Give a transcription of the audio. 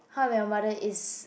How I Met Your Mother is